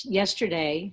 yesterday